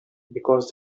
because